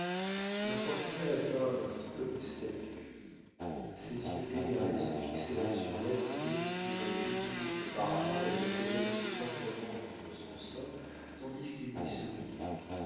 l'infortunée resta un instant comme une statue ses yeux égarés se fixèrent sur l'être défiguré qu'une minute auparavant elle serrait si tendrement contre son sein tandis qu'il lui souriait